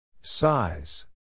Size